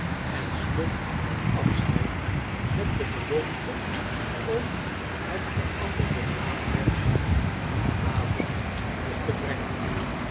en slum nam afscheid met de belofte om het veranderde naamvers dien avond nog te brengen